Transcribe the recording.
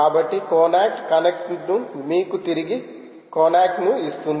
కాబట్టి కొనాక్ కనెక్ట్ను మీకు తిరిగి కొనాక్ ను ఇస్తుంది